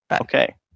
Okay